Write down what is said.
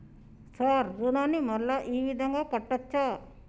Sir రుణాన్ని మళ్ళా ఈ విధంగా కట్టచ్చా?